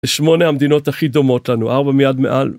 יש שמונה המדינות הכי דומות לנו, ארבע מיד מעל.